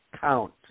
count